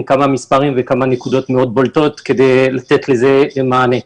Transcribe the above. כמה מספרים וכמה נקודות מאוד בולטות כדי לתת לזה מענה.